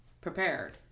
prepared